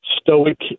stoic